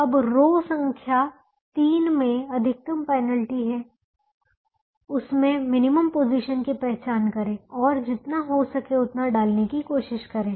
अब रो संख्या 3 में अधिकतम पेनल्टी है उसमें मिनिमम पोजीशन की पहचान करें और जितना हो सके उतना डालने की कोशिश करें